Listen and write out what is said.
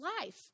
life